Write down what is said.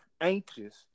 anxious